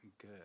good